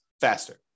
faster